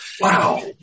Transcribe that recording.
Wow